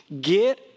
get